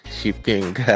shipping